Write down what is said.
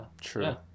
true